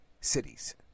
cities